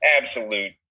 absolute